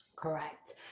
Correct